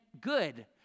good